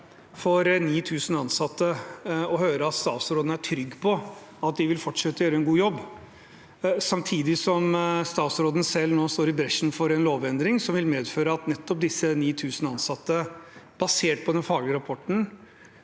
for 9 000 ansatte å høre at statsråden er trygg på at de vil fortsette å gjøre en god jobb, samtidig som statsråden selv nå står i bresjen for en lovendring som vil medføre at nettopp disse 9 000 ansatte, basert på den fagrapporten,